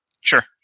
Sure